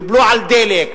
ובלו על דלק,